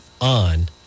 on